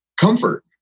comfort